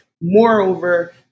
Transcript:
moreover